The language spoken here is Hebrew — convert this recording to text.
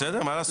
בסדר, מה לעשות?